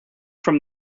from